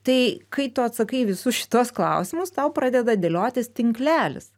tai kai tu atsakai į visus šituos klausimus tau pradeda dėliotis tinklelis